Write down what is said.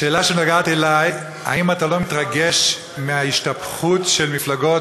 השאלה שנוגעת לי: האם אתה לא מתרגש מההשתפכות של מפלגות